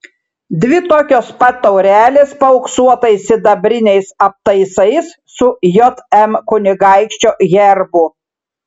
dvi tokios pat taurelės paauksuotais sidabriniais aptaisais su jm kunigaikščio herbu